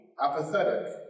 apathetic